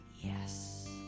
yes